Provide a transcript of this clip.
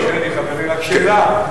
תרשה לי, חברי, רק שאלה.